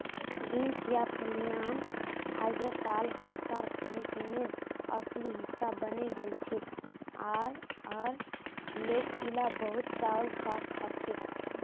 beans या फलियां अइजकाल हमसार खानपीनेर असली हिस्सा बने गेलछेक और लोक इला बहुत चाव स खाछेक